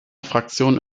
fraktion